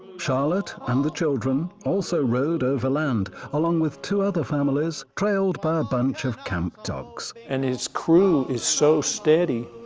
charlotte and the children, also rode overland along with two other families, trailed by a bunch of camp dogs. and his crew is so steady,